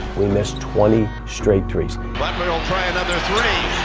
we missed twenty straight trees, but we'll try another three